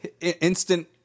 instant